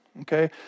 okay